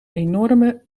enorme